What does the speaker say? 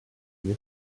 this